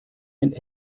ein